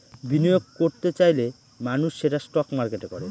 বিনিয়োগ করত চাইলে মানুষ সেটা স্টক মার্কেটে করে